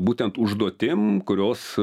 būtent užduotim kurios